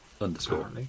Underscore